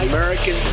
American